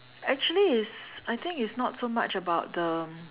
actually it's I think is not so much about the